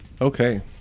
Okay